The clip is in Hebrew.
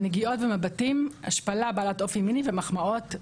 נגיעות ומבטים, השפלה בעלת אופי מיני ומחמאות.